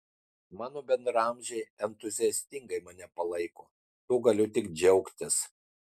mano bendraamžiai entuziastingai mane palaiko tuo galiu tik džiaugtis